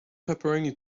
pepperoni